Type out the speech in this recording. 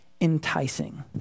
enticing